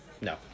No